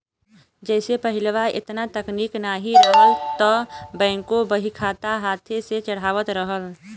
जइसे पहिलवा एतना तकनीक नाहीं रहल त बैंकों बहीखाता हाथे से चढ़ावत रहल